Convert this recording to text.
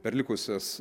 per likusias